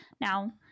Now